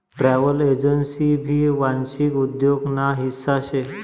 travel agency भी वांशिक उद्योग ना हिस्सा शे